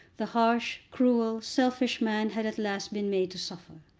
the harsh, cruel, selfish man had at last been made to suffer.